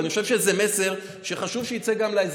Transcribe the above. ואני חושב שזה מסר שחשוב שיצא גם לאזרחים: